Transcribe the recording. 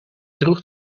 droeg